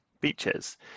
beaches